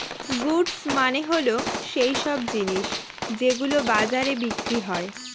goods মানে হল সৈইসব জিনিস যেগুলো বাজারে বিক্রি হয়